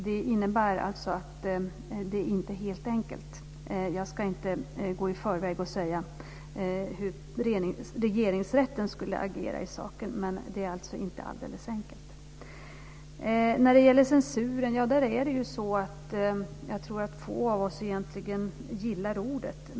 Det innebär alltså att det inte är helt enkelt. Jag ska inte gå i förväg och säga hur Regeringsrätten skulle agera i saken, men det är inte alldeles enkelt. När det gäller censur tror jag att få av oss gillar ordet.